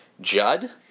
Judd